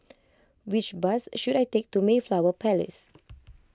which bus should I take to Mayflower Palace